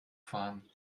fahren